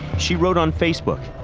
she wrote on facebook.